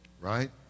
Right